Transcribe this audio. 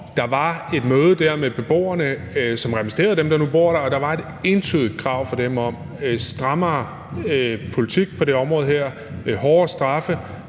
der var et møde med beboerne – dem, som repræsenterede dem, der nu bor der – og der var et entydigt krav fra beboerne om strammere politik på det område her, hårdere straffe,